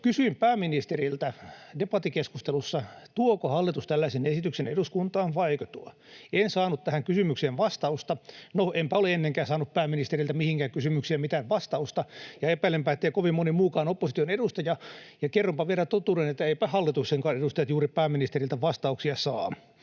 Kysyin pääministeriltä debattikeskustelussa, tuoko hallitus tällaisen esityksen eduskuntaan vai eikö tuo. En saanut tähän kysymykseen vastausta. No, enpä ole ennenkään saanut pääministeriltä mihinkään kysymykseen mitään vastausta, ja epäilenpä, ettei kovin moni muukaan opposition edustaja. Ja kerronpa viedä totuuden, että eivätpä hallituksenkaan edustajat juuri pääministeriltä vastauksia saa.